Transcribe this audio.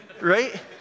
right